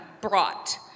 brought